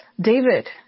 David